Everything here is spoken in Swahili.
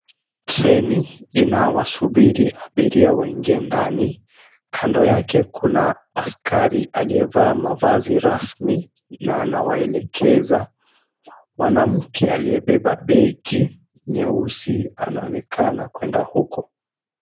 Treni inawasubiri abiria waingie ndani. Kando yake kuna askari aliyevaa mavazi rasmi na anawaelekeza. Mwanamke aliyebeba begi nyeusi anaonekana kuenda huko.